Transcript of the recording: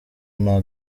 nta